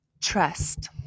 Trust